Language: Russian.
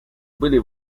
были